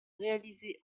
réalisés